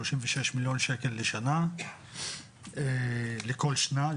שלושים ושש מיליון שקל לשנה לכל שנה,